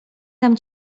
dam